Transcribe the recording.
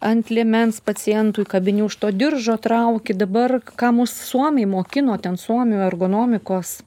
ant liemens pacientui kabini už to diržo trauki dabar ką mus suomiai mokino ten suomių ergonomikos